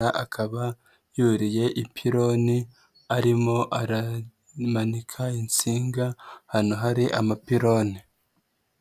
Akaba yuriye ipiloni arimo aramanika insinga, ahantu hari amapiloni.